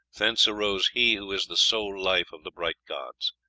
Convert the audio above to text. thence arose he who is the sole life of the bright gods.